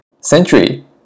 century